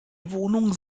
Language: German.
wohnung